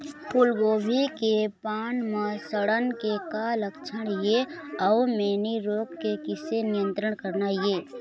फूलगोभी के पान म सड़न के का लक्षण ये अऊ मैनी रोग के किसे नियंत्रण करना ये?